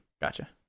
gotcha